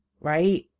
right